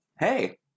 Hey